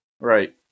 Right